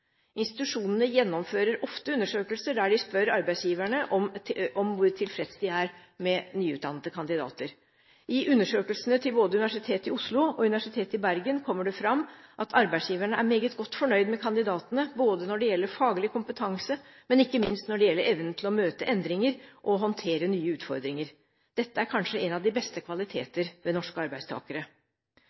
Institusjonene gjennomfører ofte undersøkelser der de spør arbeidsgiverne om hvor tilfredse de er med nyutdannede kandidater. I undersøkelsene til både Universitetet i Oslo og Universitetet i Bergen kommer det fram at arbeidsgiverne er meget godt fornøyde med kandidatene når det gjelder faglig kompetanse, og ikke minst når det gjelder evnen til å møte endringer og å håndtere nye utfordringer. Dette er kanskje en av de beste kvaliteter ved norske arbeidstakere.